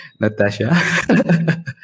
Natasha